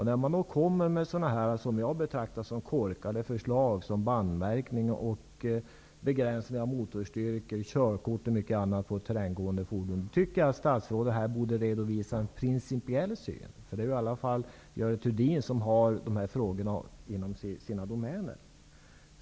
När man då kommer med sådana här, i mitt tycke, korkade förslag som bandmärkning, begränsning av motorstyrka, körkort och annat på terränggående fordon, tycker jag att statsrådet borde redovisa en prinicipiell syn. Görel Thurdin har ju i alla fall de här frågorna inom sina domäner.